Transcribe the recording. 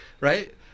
Right